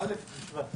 א' בשבט התשפ"ב.